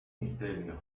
misterio